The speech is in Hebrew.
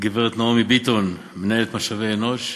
הגברת נעמי ביטון, מנהלת משאבי אנוש,